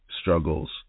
struggles